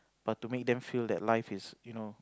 but to make them feel that life is you know